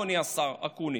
אדוני השר אקוניס.